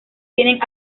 tienen